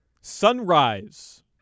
Sunrise